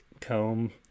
comb